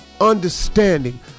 understanding